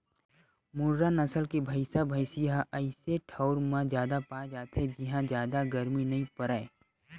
मुर्रा नसल के भइसा भइसी ह अइसे ठउर म जादा पाए जाथे जिंहा जादा गरमी नइ परय